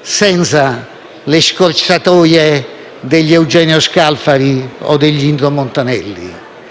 senza le scorciatoie degli Eugenio Scalfari o degli Indro Montanelli.